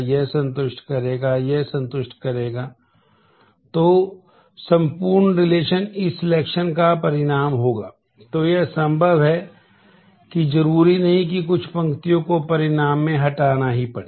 तो यह संभव है कि जरूरी नहीं कि कुछ पंक्तियों को परिणाम में हटाना ही पड़े